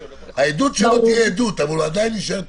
העדות שלו תהיה עדות, אבל הוא עדיין יישאר טכנאי.